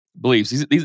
beliefs